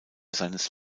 seines